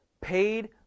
paid